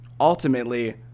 ultimately